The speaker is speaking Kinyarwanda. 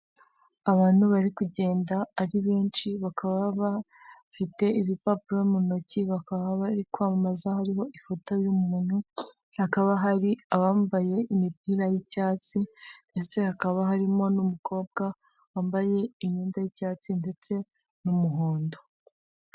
Abantu bari kugenda ari benshi bakaba bafite ibipapuro mu ntoki bakaba bari kwamamaza hariho ifoto y'umuntu, hakaba hari abambaye imipira y'icyatsi ndetse hakaba harimo n'umukobwa wambaye imyenda y'icyatsi ndetse n'umuhondo.